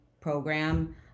program